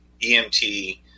EMT